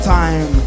time